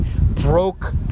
broke